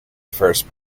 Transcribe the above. first